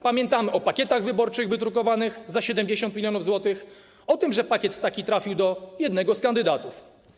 Pamiętamy o pakietach wyborczych wydrukowanych za 70 mln zł, o tym, że taki pakiet trafił do jednego z kandydatów.